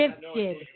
Gifted